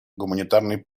гуманитарной